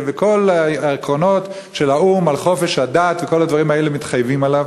וכל העקרונות של האו"ם על חופש הדת וכל הדברים האלה מתחייבים לגביו,